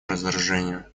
разоружению